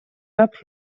helped